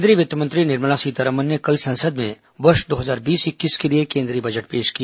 केंद्रीय वित्त मंत्री निर्मला सीतारमन ने कल संसद में वर्ष दो हजार बीस इक्कीस के लिए केंद्रीय बजट पेश किया